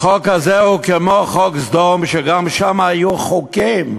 החוק הזה הוא כמו חוק סדום, שגם שם היו חוקים,